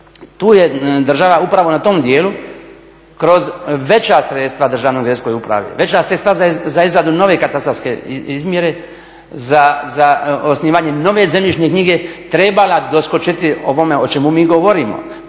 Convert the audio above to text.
tu je država upravo na tom dijelu kroz veća sredstva Državnoj geodetskoj upravi, veća sredstva za izradu nove katastarske izmjere za osnivanje nove zemljišne knjige trebala doskočiti ovome o čemu mi govorimo.